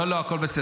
לא, לא, הכול בסדר.